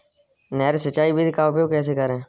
नहर सिंचाई विधि का उपयोग कैसे करें?